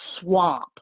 swamp